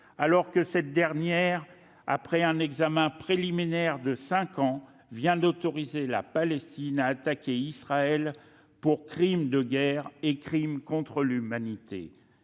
alors que cette dernière, après un examen préliminaire de cinq ans, vient d'autoriser la Palestine à attaquer Israël pour crimes de guerre et crimes contre l'humanité.